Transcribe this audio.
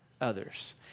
others